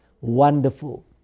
Wonderful